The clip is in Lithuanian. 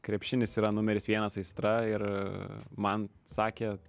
krepšinis yra numeris vienas aistra ir man sakė